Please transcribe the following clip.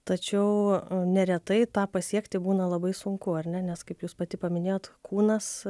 tačiau a neretai tą pasiekti būna labai sunku ar ne nes kaip jūs pati paminėjot kūnas